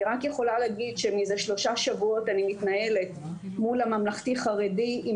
אני רק יכולה להגיד שמזה שלושה שבועות אני מתנהלת מול הממלכתי-חרדי עם